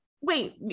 wait